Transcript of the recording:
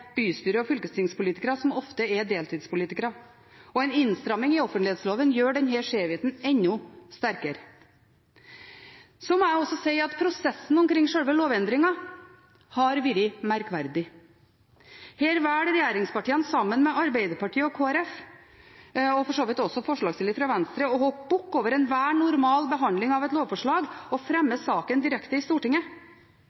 og fylkestingspolitikere som ofte er deltidspolitikere. En innstramming i offentlighetsloven gjør denne skjevheten enda sterkere. Så må jeg også si at prosessen omkring sjølve lovendringen har vært merkverdig. Her velger regjeringspartiene sammen med Arbeiderpartiet og Kristelig Folkeparti, og for så vidt også forslagsstiller fra Venstre, å hoppe bukk over enhver normal behandling av et lovforslag og fremmer saken direkte i Stortinget.